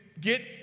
get